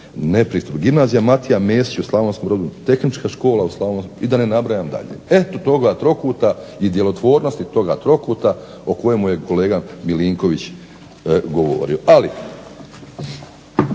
nepristupačno, gimnazija Matija Mesić u Slavonskom Brodu, Tehnička škola u Slavonskom Brodu i da ne nabrajam dalje. Eto toga trokuta i djelotvornosti toga trokuta o kojemu je kolega Milinković govorio. Ali,